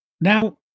Now